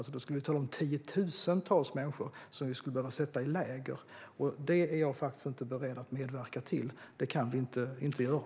Vi skulle behöva sätta tiotusentals människor i läger, och det är jag inte beredd att medverka till. Det kan vi inte göra.